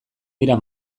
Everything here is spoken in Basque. dira